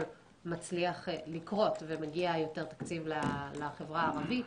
מצליח לקרות ומגיע יותר תקציב לחברה הערבית.